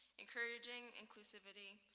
encouraging inclusivity,